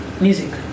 Music